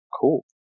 cool